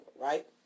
right